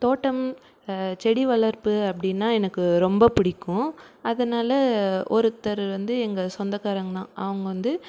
தோட்டம் செடி வளர்ப்பு அப்படினா எனக்கு ரொம்ப பிடிக்கும் அதனால் ஒருத்தர் வந்து எங்கள் சொந்தகாரங்கதான் அவங்க வந்து